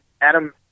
Adam